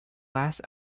last